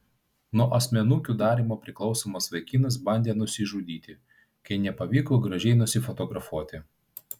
nuo asmenukių darymo priklausomas vaikinas bandė nusižudyti kai nepavyko gražiai nusifotografuoti